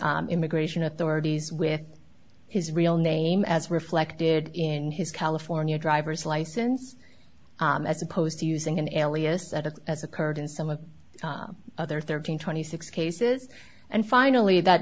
immigration authorities with his real name as reflected in his california driver's license as opposed to using an alias at a has occurred in some of the other thirteen twenty six cases and finally that